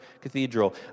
Cathedral